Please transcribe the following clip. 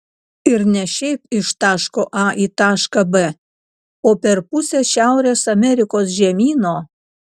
ir ne šiaip iš taško a į tašką b o per pusę šiaurės amerikos žemyno